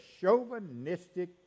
chauvinistic